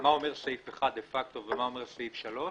סעיף 1 דה-פאקטו, ומה אומר סעיף 3,